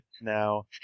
now